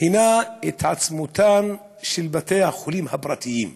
היא התעצמותם של בתי-החולים הפרטיים,